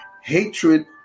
hatred